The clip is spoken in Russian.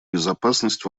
безопасность